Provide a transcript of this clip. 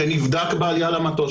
שנבדק בעלייה למטוס,